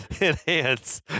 Enhance